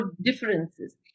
differences